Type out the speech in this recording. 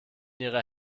ihrer